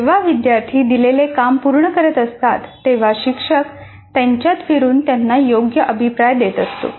जेव्हा विद्यार्थी दिलेले काम पूर्ण करत असतात तेव्हा शिक्षक त्यांच्यात फिरून त्यांना योग्य अभिप्राय देत असतो